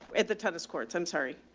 at the tennis court? ten, sorry.